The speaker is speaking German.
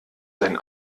sein